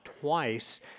twice